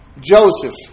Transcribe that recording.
Joseph